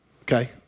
okay